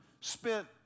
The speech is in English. spent